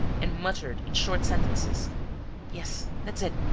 and muttered in short sentences yes, that's it.